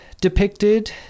depicted